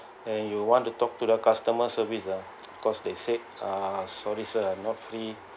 and you want to talk to the customer service[ah] cause they said uh sorry sir I'm not free